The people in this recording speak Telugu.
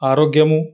ఆరోగ్యం